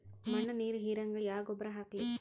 ಮಣ್ಣ ನೀರ ಹೀರಂಗ ಯಾ ಗೊಬ್ಬರ ಹಾಕ್ಲಿ?